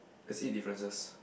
there's eight differences